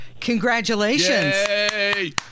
Congratulations